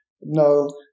No